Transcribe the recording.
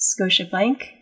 Scotiabank